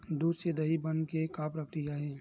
दूध से दही बने के का प्रक्रिया हे?